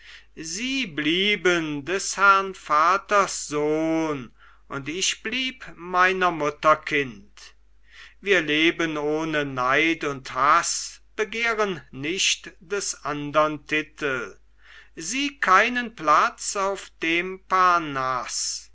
sie blieben des herrn vaters sohn und ich blieb meiner mutter kind wir leben ohne neid und haß begehren nicht des andern titel sie keinen platz auf dem parnaß